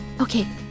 Okay